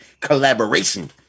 collaboration